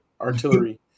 artillery